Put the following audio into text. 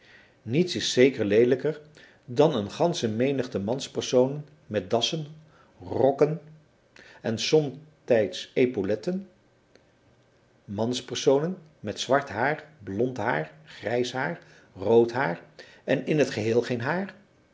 niets is zeker leelijker dan een gansche menigte manspersonen met dassen rokken en somtijds épauletten manspersonen met zwart haar blond haar grijs haar rood haar en in t geheel geen haar